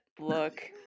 look